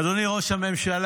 אדוני ראש הממשלה,